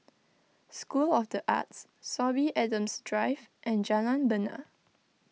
School of the Arts Sorby Adams Drive and Jalan Bena